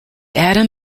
adam